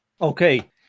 Okay